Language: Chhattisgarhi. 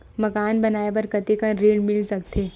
मकान बनाये बर कतेकन ऋण मिल सकथे?